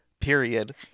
Period